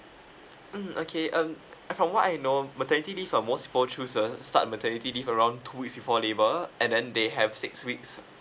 mm okay um I from what I know maternity leave are most more chooses start maternity leave around two weeks before labor and then they have six weeks